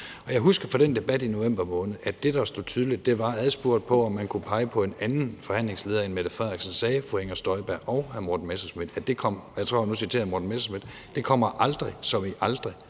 jeg husker fra den debat i november måned, at det, der fremstod tydeligt, var, at adspurgt om, om man kunne pege på en anden forhandlingsleder end Mette Frederiksen, sagde fru Inger Støjberg og hr. Morten Messerschmidt, og nu citerer jeg hr.